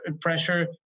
pressure